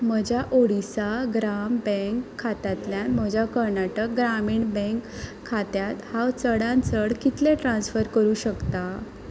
म्हज्या ओडिसा ग्राम बँक खात्यांतल्यान म्हज्या कर्णाटक ग्रामीण बँक खात्यांत हांव चडान चड कितले ट्रान्स्फर करूं शकता